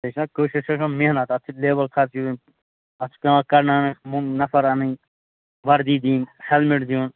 بیٚیہِ چھِنا کٲشرِس چھِ آسان محنت اَتھ چھِ لیبر خرچہِ یِنۍ اَتھ چھِ پٮ۪وان نَفر اَنٕنۍ وَردی دِنۍ ہیلمِٹ دیُن